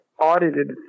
Audited